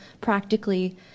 practically